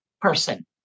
person